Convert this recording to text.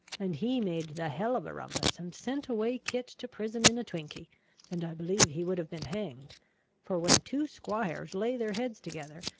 and he made the hell of a rumpus, and sent away kit to prison in a twinky and i believe he would have been hanged for when two squires lay their heads together,